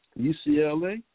UCLA